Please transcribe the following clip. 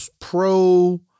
pro